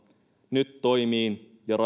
nyt toimiin ja